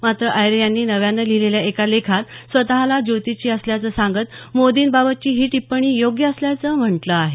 मात्र अय्यर यांनी नव्यानं लिहिलेल्या एका लेखात स्वतला ज्योतिषी असल्याचं सांगत मोदींबाबतची ती टीप्पणी योग्य असल्याचं म्हटलं आहे